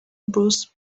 bruce